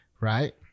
right